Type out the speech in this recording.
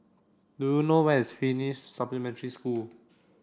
do you know where is Finnish Supplementary School